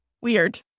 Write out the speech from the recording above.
weird